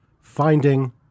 finding